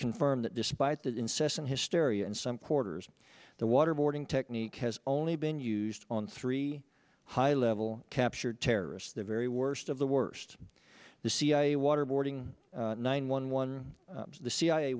confirmed that despite the incessant hysteria in some quarters the waterboarding technique has only been used on three high level captured terrorists the very worst of the worst the cia waterboarding nine one one the c